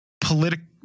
political